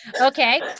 Okay